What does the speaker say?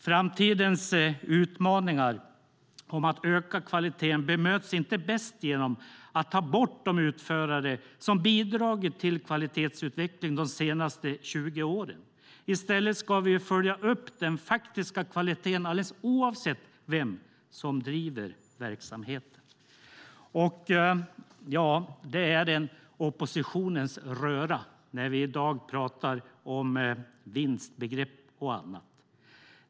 Framtidens utmaningar om att öka kvaliteten bemöts inte bäst genom att ta bort de utförare som har bidragit till kvalitetsutvecklingen de senaste 20 åren. I stället ska vi följa upp den faktiska kvaliteten alldeles oavsett vem som driver verksamheten. Det är en oppositionens röra när vi i dag pratar om vinstbegrepp och annat.